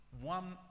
one